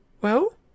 Well